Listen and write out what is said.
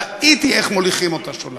ראיתי איך מוליכים אותה שולל,